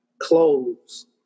clothes